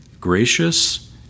gracious